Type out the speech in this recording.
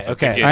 Okay